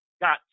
got